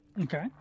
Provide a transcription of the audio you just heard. Okay